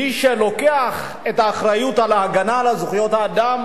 מי שלוקח את האחריות להגנה על זכויות האדם